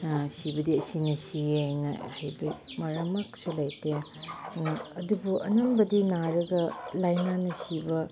ꯁꯤꯕꯗꯤ ꯑꯁꯤꯅ ꯁꯤꯌꯦꯅ ꯍꯥꯏꯕ ꯃꯔꯝꯃꯛꯁꯨ ꯂꯩꯇꯦ ꯑꯗꯨꯕꯨ ꯑꯅꯝꯕꯗꯤ ꯅꯥꯔꯒ ꯂꯩꯅꯥꯅ ꯁꯤꯕ